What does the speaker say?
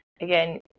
again